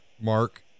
Mark